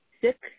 six